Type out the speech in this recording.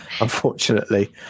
unfortunately